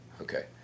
Okay